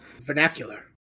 vernacular